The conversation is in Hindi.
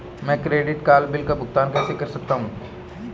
मैं क्रेडिट कार्ड बिल का भुगतान कैसे कर सकता हूं?